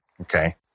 Okay